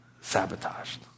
sabotaged